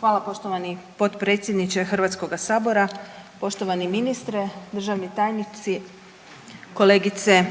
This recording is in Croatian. Hvala poštovani potpredsjedniče Hrvatskoga sabora, poštovani ministre, državni tajnici, kolegice